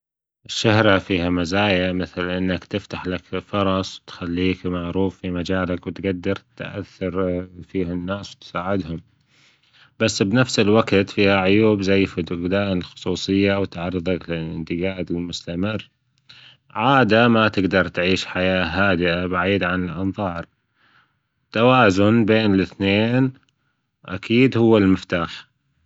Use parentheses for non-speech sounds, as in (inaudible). الشهرة فيها مزايا مثلا إنك تفتح لك فرص تخليك معروف في مجالك وتجدر تأثر (hesitation) فيها الناس وتساعدهم، بس بنفس الوجت فيها عيوب زي فجدان الخصوصية وتعرضك للانتجاد المستمر، عادة ما تجدر تعيش حياة هادئة بعيدا عن الأنظار، التوازن بين الاثنين أكيد هو المفتاح.